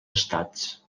estats